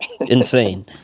insane